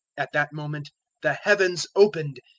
at that moment the heavens opened,